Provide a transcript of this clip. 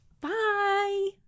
Bye